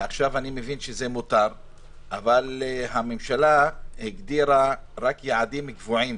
עכשיו אני מבין שזה מותר אבל הממשלה הגדירה רק יעדים קבועים